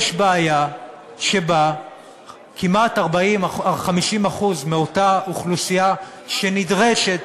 יש בעיה שכמעט 50% מאותה אוכלוסייה שנדרשת